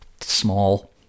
small